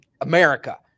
America